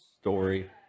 story